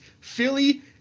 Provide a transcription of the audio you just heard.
Philly